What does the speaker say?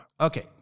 Okay